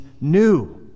new